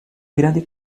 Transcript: grande